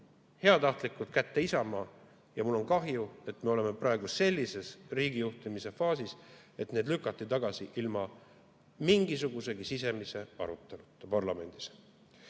heatahtlikult kätte Isamaa. Mul on kahju, et me oleme praegu sellises riigijuhtimise faasis, et need lükati tagasi ilma mingisugusegi sisemise aruteluta parlamendis.